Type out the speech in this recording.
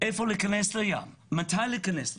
איפה להיכנס לים, מתי להיכנס לים?